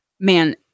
man